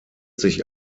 sich